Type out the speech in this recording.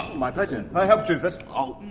my pleasure. i helped choose it.